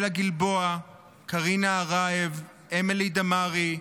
דניאלה גלבוע, קרינה ארייב, אמילי דמארי,